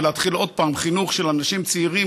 ולהתחיל עוד פעם חינוך של אנשים צעירים